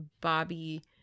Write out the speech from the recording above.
Bobby